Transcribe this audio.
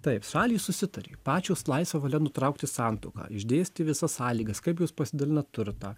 taip šalys susitarė pačios laisva valia nutraukti santuoką išdėstė visas sąlygas kaip jos pasidalina turtą